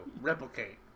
Replicate